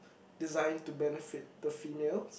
designed to benefit the female